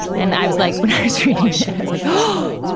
and i was like it's like, oh,